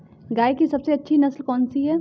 गाय की सबसे अच्छी नस्ल कौनसी है?